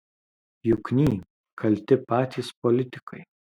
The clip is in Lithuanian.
jukny kalti patys politikai